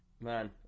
Man